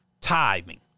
tithing